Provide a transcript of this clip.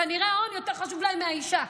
כנראה ההון יותר חשוב להם מהאישה,